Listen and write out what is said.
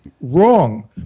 wrong